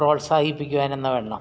പ്രോത്സാഹിപ്പിക്കാനെന്ന വണ്ണം